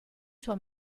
sua